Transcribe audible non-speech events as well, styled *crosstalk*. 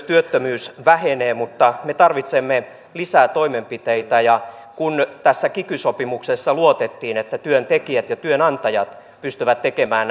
*unintelligible* työttömyys vähenee mutta me tarvitsemme lisää toimenpiteitä ja kun tässä kiky sopimuksessa luotettiin että työntekijät ja työnantajat pystyvät tekemään *unintelligible*